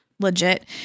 Legit